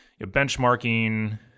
benchmarking